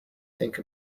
think